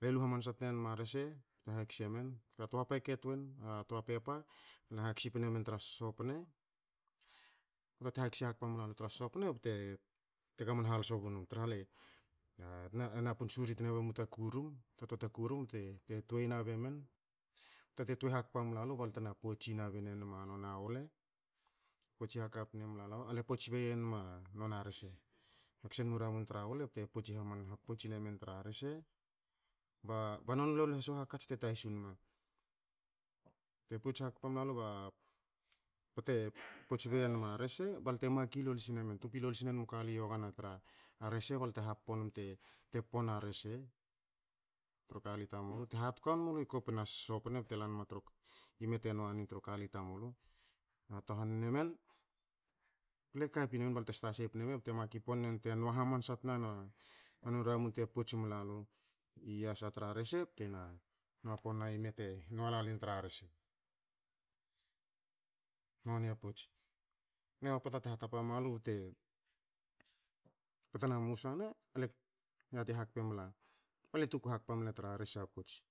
Le lu hamanasa tnemu a rese, bte hakis emen, ka toa peket wen, toa pepa, na haksi pin emen tra sosopne, bate hakisi hakpa mulalu tra sosopne bte gamon halos u bunum, tra ha le na pun suri be num ta kurum, ta toa kurum bte tuei nabe men. Pota te tuei hakpa mla lu, balte na potsi nabum nenum noni a wele. Potsi hakap ine mulalu noni a wele, ale pots bei enma rese. Hakis e nom u ramun tra wele bete potsi nemen tra rese, ba- ba non lol so u hakats te tasu nama. Te pots hakapa mu lalu bate pots bei enma rese balte maki lol i sinemen. Tupi lol sinemu kali yogana tra rese bte happo num te po na rese tru kali tamulu hatohan nemen. Ple kapi nemen balte sta sei pne me, bte maki ponne num te nua hamansa tna na nonu ramun te pots mlalu i yasa tra rese bte na happo na te nua lalin tra rese. Noni a pots. Na pota te hatapa mulalu bete bete na musa ne, ale yati hakpa mle, ale tuku hakapa mle tra rese a pots.